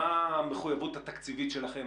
מה המחויבות התקציבית שלכם,